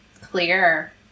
clear